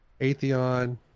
Atheon